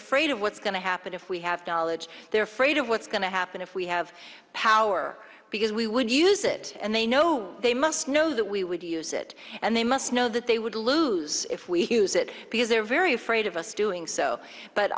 afraid of what's going to happen if we have to knowledge their fraid of what's going to happen if we have power because we would use it and they know they must know that we would use it and they must know that they would lose if we use it because they're very afraid of us doing so but